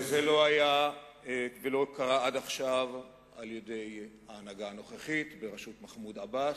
ולא קרה עד עכשיו על-ידי ההנהגה הנוכחית בראשות מחמוד עבאס.